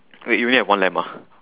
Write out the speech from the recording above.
wait wait wait you only have one lamb ah